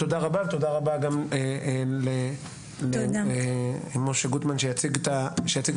תודה רבה, תודה רבה גם למשה גוטמן שיציג את המצגת.